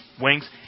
wings